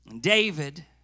David